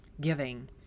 giving